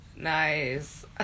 Nice